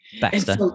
Baxter